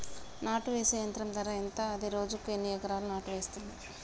నాటు వేసే యంత్రం ధర ఎంత? అది రోజుకు ఎన్ని ఎకరాలు నాటు వేస్తుంది?